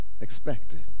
expected